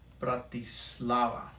Bratislava